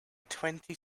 twenty